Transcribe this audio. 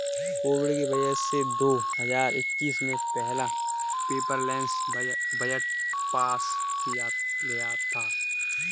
Covid की वजह से दो हजार इक्कीस में पहला पेपरलैस बजट पास किया गया था